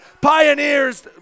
Pioneers